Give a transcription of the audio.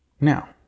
Now